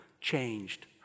changed